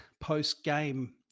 post-game